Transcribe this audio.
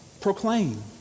proclaim